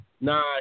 nah